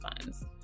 funds